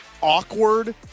awkward